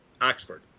Oxford